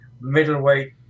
middleweight